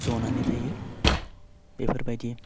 ज'नानै थायो बेफोरबायदि